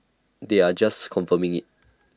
they are just confirming IT